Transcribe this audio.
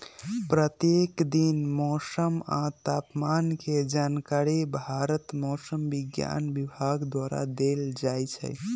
प्रत्येक दिन मौसम आ तापमान के जानकारी भारत मौसम विज्ञान विभाग द्वारा देल जाइ छइ